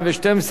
מי בעד?